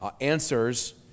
answers